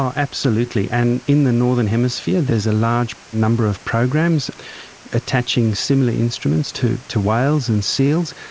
um absolutely, and in the northern hemisphere there is a large number of programs attaching similar instruments to to whales and seals.